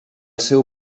seu